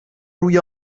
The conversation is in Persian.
روی